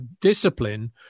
discipline